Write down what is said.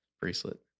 bracelet